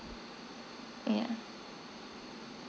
yeah